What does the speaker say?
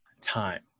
time